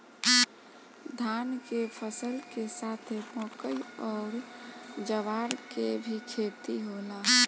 धान के फसल के साथे मकई अउर ज्वार के भी खेती होला